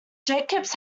jacobs